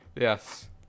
Yes